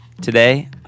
Today